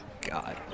God